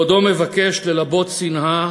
בעודו מבקש ללבות שנאה,